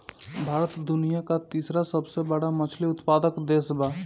भारत दुनिया का तीसरा सबसे बड़ा मछली उत्पादक देश बा